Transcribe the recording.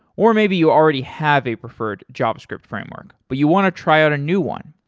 or maybe you already have a preferred javascript framework, but you want to try out a new one.